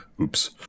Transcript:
oops